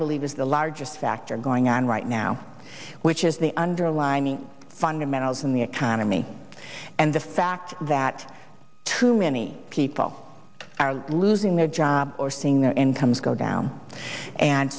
believe is the largest factor going on right now which is the underlying fundamentals in the economy and the fact that too many people are losing their jobs or seeing their incomes go down and